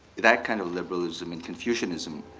that kind of liberalism and confucianism,